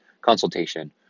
consultation